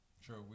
Sure